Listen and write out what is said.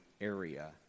area